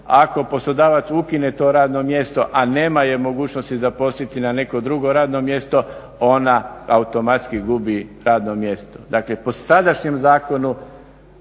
ako poslodavac ukine to radno mjesto, a nema je mogućnosti zaposliti na neko drugo radno mjesto ona automatski gubi radno mjesto. Dakle, po sadašnjem zakonu